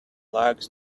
likes